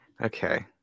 Okay